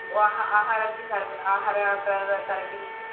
ఆహా ఆహారానికి సరిప ఆహార పదార్ధాల కిందకి